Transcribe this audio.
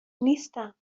نیستم